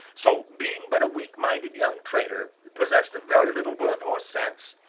so, being but a weak-minded young traitor, possessed of very little worth or sense,